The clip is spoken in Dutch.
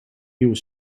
nieuwe